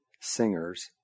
singers